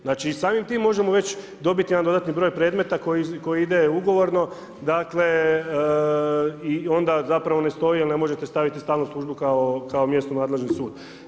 Znači samim tim možemo već dobiti jedan dodatni broj predmeta koji ide ugovorno i onda zapravo ne stoji jel ne možete staviti stalnu službu kao mjesto nadležni sud.